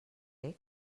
reg